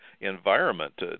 environment